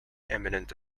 imminent